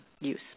use